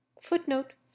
Footnote